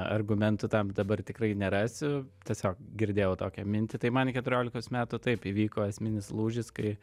argumentų tam dabar tikrai nerasiu tiesiog girdėjau tokią mintį tai man keturiolikos metų taip įvyko esminis lūžis kai